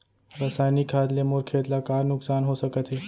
रसायनिक खाद ले मोर खेत ला का नुकसान हो सकत हे?